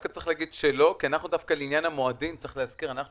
כי לעניין המועדים, מה